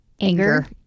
anger